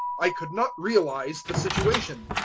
i could not realize the situation.